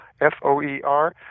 F-O-E-R